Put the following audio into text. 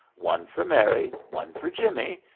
one for mary, one for jimmie,